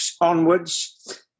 onwards